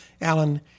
Alan